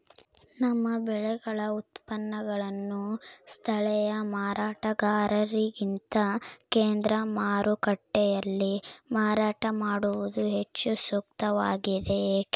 ನಮ್ಮ ಬೆಳೆಗಳ ಉತ್ಪನ್ನಗಳನ್ನು ಸ್ಥಳೇಯ ಮಾರಾಟಗಾರರಿಗಿಂತ ಕೇಂದ್ರ ಮಾರುಕಟ್ಟೆಯಲ್ಲಿ ಮಾರಾಟ ಮಾಡುವುದು ಹೆಚ್ಚು ಸೂಕ್ತವಾಗಿದೆ, ಏಕೆ?